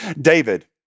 David